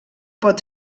pot